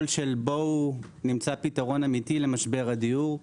של בואו נמצא פתרון אמיתי למשבר הדיור,